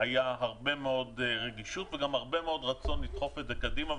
הייתה הרבה רגישות והרבה רצון לדחוף את זה קדימה.